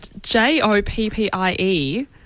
j-o-p-p-i-e